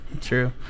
True